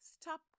Stop